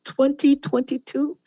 2022